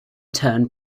turn